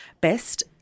Best